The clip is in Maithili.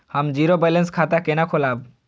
हम जीरो बैलेंस खाता केना खोलाब?